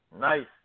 Nice